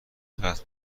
قتل